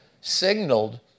signaled